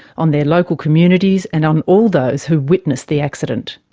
on their local communities and on all those who witnessed the accident.